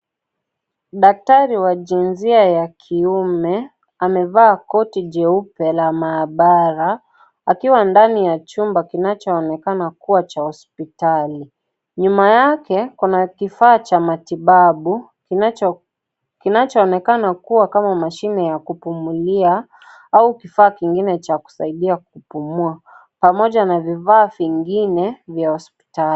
Daktari wa jinsia ya kiume, amevaa koti jeupe la maabara, akiwa ndani ya chumba kinachoonekana kuwa cha hospitali. Nyuma yake kuna kifaa cha matibabu, kinachoonekana kuwa kama mashine ya kupumulia, au kifaa kingine cha kusaidia kupumua. Pamoja na vifaa vingine vya hospitali.